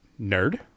Nerd